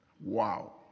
Wow